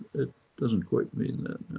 it doesn't quite mean that